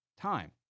time